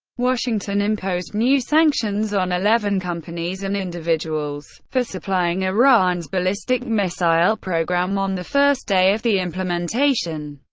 washington imposed new sanctions on eleven companies and individuals for supplying iran's ballistic missile program on the first day of the implementation.